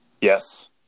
Yes